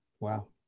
Wow